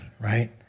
right